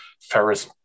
Ferris